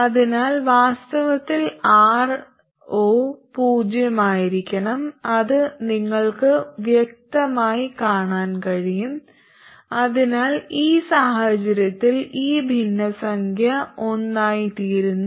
അതിനാൽ വാസ്തവത്തിൽ Ro പൂജ്യമായിരിക്കണം എന്ന് നിങ്ങൾക്ക് വ്യക്തമായി കാണാൻ കഴിയും അതിനാൽ ഈ സാഹചര്യത്തിൽ ഈ ഭിന്നസംഖ്യ ഒന്നായിത്തീരുന്നു